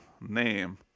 name